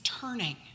turning